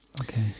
okay